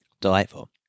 Delightful